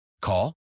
Call